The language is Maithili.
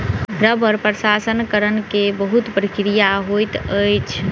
रबड़ प्रसंस्करण के बहुत प्रक्रिया होइत अछि